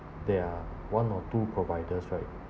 there are one or two providers right